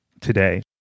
today